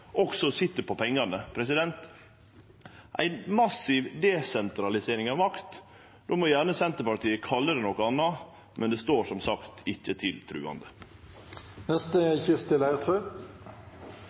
også sit på pengane. Dette er ei massiv desentralisering av makt. Senterpartiet må gjerne kalle det noko anna, men det står som sagt ikkje til